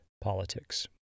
Politics